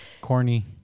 corny